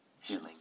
healing